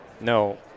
no